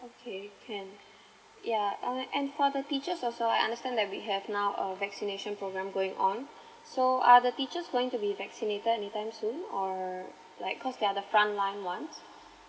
okay can yeah and for the teachers also I understand that we have now a vaccination program going on so are the teachers going to be vaccinated anytime soon or like cause they are the front line ones